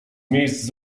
miejsc